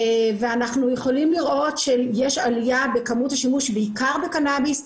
ואנחנו יכולים לראות שיש עלייה בכמות השימוש בעיקר בקנביס,